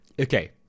Okay